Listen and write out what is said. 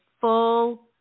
full